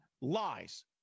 lies